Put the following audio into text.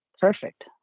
Perfect